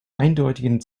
eindeutigen